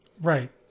Right